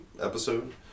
episode